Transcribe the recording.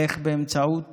איך באמצעות